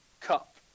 Cup